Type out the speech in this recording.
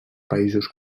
països